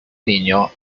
niño